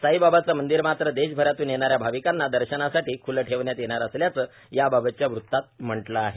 साईबाबांचं मंदिर मात्र देशभरातून येणाऱ्या भाविकांना दर्शनासाठी ख्लं ठेवण्यात येणार असल्याचं याबाबतच्या वृत्तात म्हटलं आहे